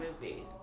movie